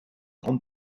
grande